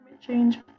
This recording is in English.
change